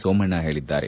ಸೋಮಣ್ಣ ಹೇಳಿದ್ದಾರೆ